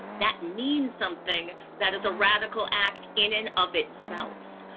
that means something that is a radical act in and of itself.